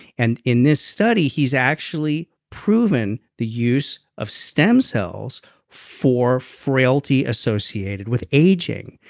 and in this study he's actually proven the use of stem cells for frailty associated with aging.